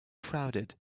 crowded